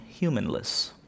humanless